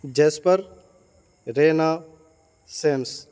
jasper renaissance